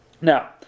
Now